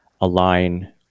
align